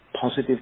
positive